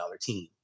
team